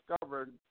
discovered